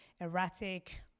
erratic